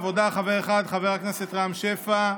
סיעת העבודה, חבר אחד, חבר הכנסת רם שפע,